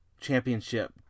Championship